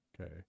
Okay